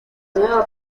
nueva